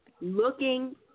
looking